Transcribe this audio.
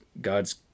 God's